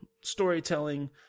storytelling